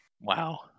Wow